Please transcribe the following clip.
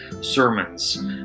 sermons